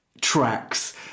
tracks